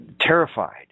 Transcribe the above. terrified